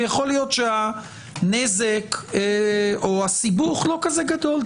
ויכול להיות שהנזק או הסיבוך לא כזה גדול,